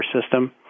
system